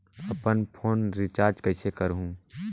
अपन phone recharge कइसे करहु?